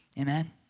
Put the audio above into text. Amen